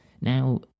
Now